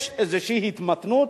יש איזושהי התמתנות,